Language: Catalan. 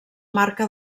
marca